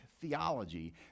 theology